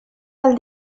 del